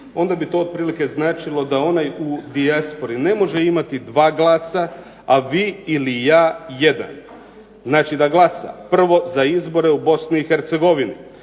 onda bi to otprilike značilo da onaj u dijaspori ne može imati dva glasa, a vi ili ja jedan. Znači da glasa prvo za izbore u Bosni i Hercegovini,